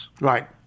Right